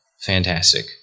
Fantastic